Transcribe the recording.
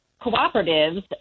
cooperatives